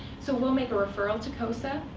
so we'll make a referral to cosa,